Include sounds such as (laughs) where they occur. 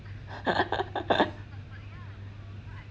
(laughs)